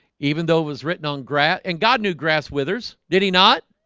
even though it was written on grat and god knew grass withers. did he not?